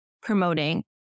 promoting